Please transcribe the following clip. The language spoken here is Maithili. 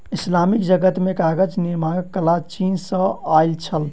इस्लामिक जगत मे कागज निर्माणक कला चीन सॅ आयल छल